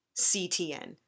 CTN